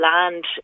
land